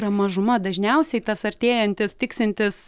yra mažuma dažniausiai tas artėjantis tiksintis